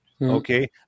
Okay